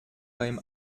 beim